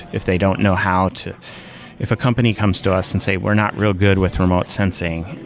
if they don't know how to if a company comes to us and say, we're not real good with remote sensing.